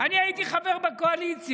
אני הייתי חבר בקואליציה,